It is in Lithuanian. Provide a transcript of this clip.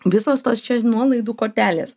visos tos čia nuolaidų kortelės